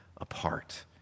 apart